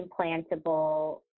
implantable